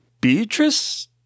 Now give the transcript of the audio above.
beatrice